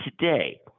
today